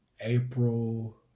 April